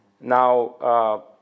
Now